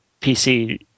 PC